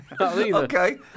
Okay